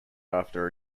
after